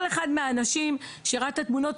כל אחד מהאנשים שראה את התמונות,